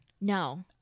no